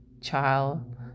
child